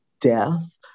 death